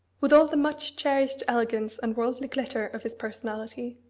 with all the much-cherished elegance and worldly glitter of his personality,